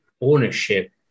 ownership